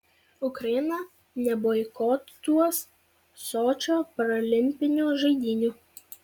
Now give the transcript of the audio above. ukraina neboikotuos sočio parolimpinių žaidynių